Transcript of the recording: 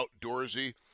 outdoorsy